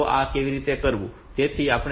તેથી આપણે 5